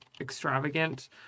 extravagant